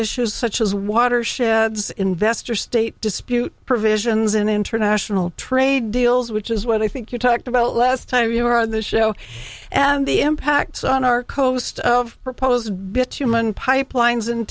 issues such as watersheds investor state dispute provisions in international trade deals which is what i think you talked about last time you were on the show and the impact it's on our coast of proposed bitumen pipelines and